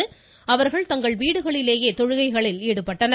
இஸ்லாமியர்கள் தங்கள் வீடுகளிலேயே தொழுகைகளில் ஈடுபட்டனர்